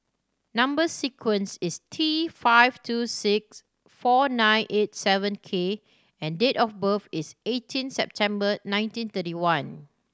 number sequence is T five two six four nine eight seven K and date of birth is eighteen September nineteen thirty one